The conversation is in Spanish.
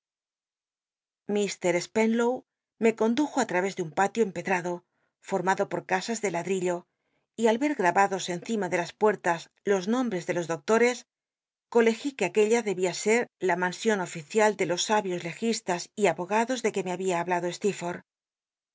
mr spenlow me condujo í tral'és de un patio empedrado formado por casas ele ladl'illo y al rer gr lbados encima de las puertas los nombes de los doci ol'cs colcgi que aquella debía se la mansion oo cia de los sabios legislas y abogados ele que me habia hablado